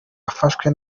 afashwe